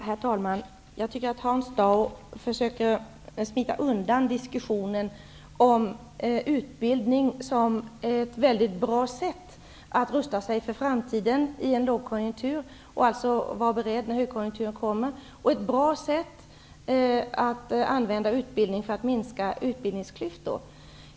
Herr talman! Hans Dau försöker smita undan diskussionen om utbildning som ett mycket bra sätt att rusta sig för framtiden i en lågkonjunktur och att vara beredd när högkonjunkturen kommer. Utbildning är även ett bra sätt att minska utbildningsklyftor.